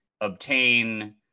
obtain